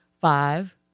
five